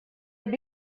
they